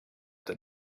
that